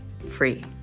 free